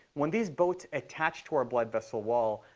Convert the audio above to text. when these boats attach to our blood vessel wall,